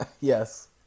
yes